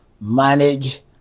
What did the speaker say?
manage